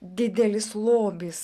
didelis lobis